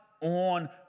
on